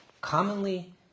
commonly